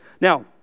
Now